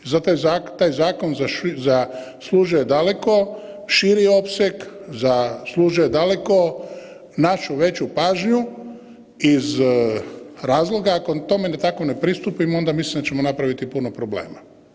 I zato taj zakon zaslužuje daleko širi opseg, zaslužuje daleko našu veću pažnju iz razloga, ako tome tako ne pristupimo ona mislim da ćemo napraviti puno problema.